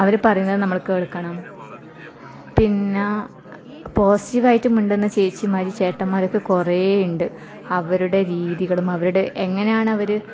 അവർ പറയുന്നത് നമ്മൾ കേൾക്കണം പിന്നെ പോസിറ്റീവ് ആയിട്ട് മിണ്ടുന്ന ചേച്ചിമാർ ചേട്ടന്മാരൊക്കെ കുറേ ഉണ്ട് അവരുടെ രീതികളും അവരുടെ എങ്ങനെയാണ് അവർ